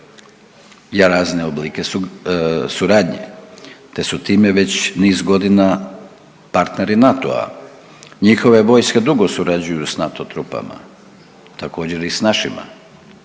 ja razne oblike suradnje te su time već niz godina partneri NATO-a. Njihove vojske dugo surađuju s NATO trupama, također i s našima,